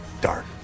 Dark